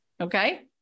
Okay